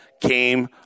came